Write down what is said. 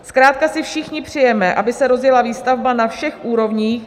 Zkrátka si všichni přejeme, aby se rozjela výstavba na všech úrovních.